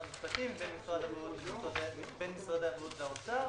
המשפטים ובין משרדי הבריאות והאוצר,